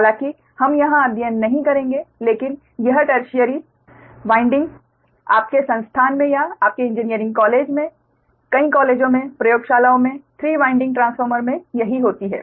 हालाँकि हम यहाँ अध्ययन नहीं करेंगे लेकिन यह टर्शियरी वाइंडिंग आपके संस्थान में या आपके इंजीनियरिंग कॉलेजों के कई कॉलेजों में प्रयोगशालाओ मे 3 वाइंडिंग ट्रांसफार्मर मे यहीं होती हैं